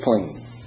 clean